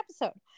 episode